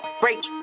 break